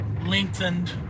lengthened